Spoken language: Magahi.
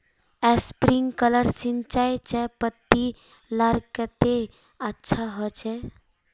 स्प्रिंकलर सिंचाई चयपत्ति लार केते अच्छा होचए?